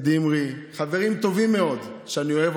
שמעתי